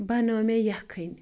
بَنٲو مےٚ یَکٕھنۍ